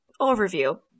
overview